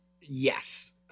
yes